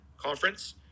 conference